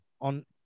on